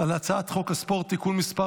על הצעת חוק הספורט (תיקון מס'